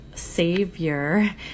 savior